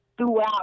throughout